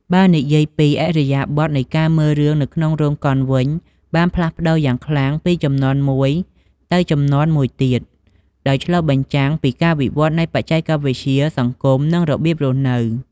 បើនិយាយពីឥរិយាបថនៃការមើលរឿងនៅក្នុងរោងកុនវិញបានផ្លាស់ប្ដូរយ៉ាងខ្លាំងពីជំនាន់មួយទៅជំនាន់មួយទៀត ដោយឆ្លុះបញ្ចាំងពីការវិវត្តន៍នៃបច្ចេកវិទ្យា សង្គម និងរបៀបរស់នៅ។